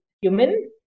human